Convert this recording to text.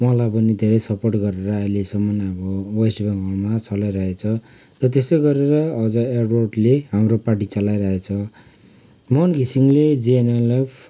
उहाँलाई पनि धेरै सपोर्ट गरेर अहिलेसम्म अब वेस्ट बेङ्गालमा चलाइरहेछ र त्यस्तै गरेर अजय एड्वर्डले हाम्रो पार्टी चलाइरहेछ मोहन घिसिङले जिएनएलएफ